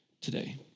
today